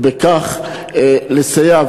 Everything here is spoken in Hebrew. ובכך נסייע,